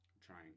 trying